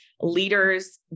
leaders